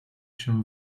się